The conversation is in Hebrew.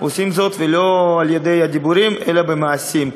עושים זאת ולא על-ידי דיבורים אלא במעשים.